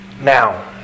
now